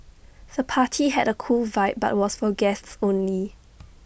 the party had A cool vibe but was for guests only